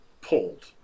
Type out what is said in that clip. pulled